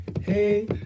hey